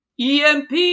EMP